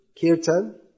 kirtan